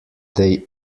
they